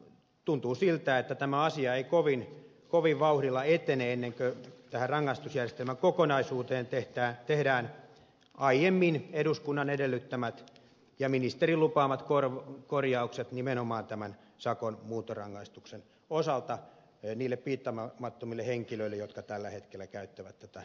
tuntuu siltä että tämä asia ei kovin vauhdilla etene ennen kuin tähän rangaistusjärjestelmän kokonaisuuteen tehdään aiemmin eduskunnan edellyttämät ja ministerin lupaamat korjaukset nimenomaan sakon muuntorangaistuksen osalta niille piittaamattomille henkilöille jotka tällä hetkellä käyttävät tätä järjestelmää hyväksi